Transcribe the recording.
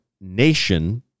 nation